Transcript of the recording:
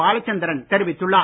பாலச்சந்திரன் தெரிவித்துள்ளார்